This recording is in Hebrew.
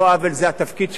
זה התפקיד שלנו,